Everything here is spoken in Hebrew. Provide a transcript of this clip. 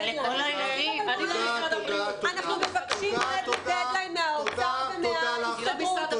אנחנו מבקשים דד ליין מהאוצר ומההסתדרות.